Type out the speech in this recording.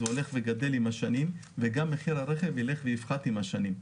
זה הולך וגדל עם השנים וגם מחיר הרכב יילך ויפחת עם השנים,